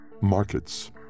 Markets